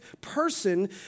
person